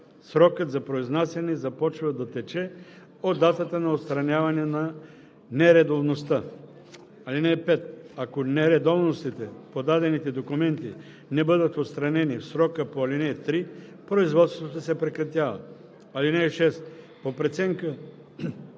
срокът за произнасяне започва да тече от датата на отстраняване на нередовността. (5) Ако нередовностите в подадените документи не бъдат отстранени в срока по ал. 3, производството се прекратява.“ (6) По преценка